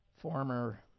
former